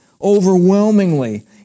overwhelmingly